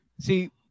See